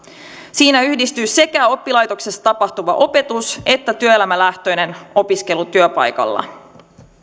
siinä yhdistyvät sekä oppilaitoksessa tapahtuva opetus että työelämälähtöinen opiskelu työpaikalla